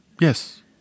Yes